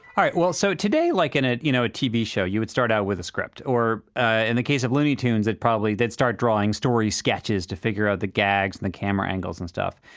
alright, well, so today like in a, you know, a tv show, you would start out with a script. or ah in the case of looney tunes, they'd probably start drawing story sketches to figure out the gags and the camera angles and stuff.